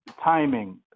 timing